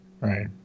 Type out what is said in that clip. Right